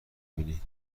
بینی